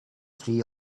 tree